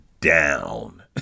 down